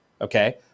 Okay